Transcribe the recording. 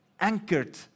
anchored